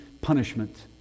punishment